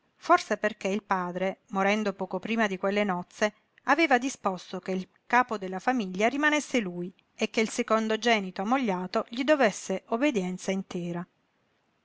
forse perché il padre morendo poco prima di quelle nozze aveva disposto che il capo della famiglia rimanesse lui e che il secondogenito ammogliato gli dovesse obbedienza intera